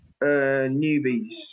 newbies